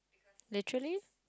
literally